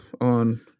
on